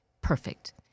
Perfect